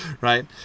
right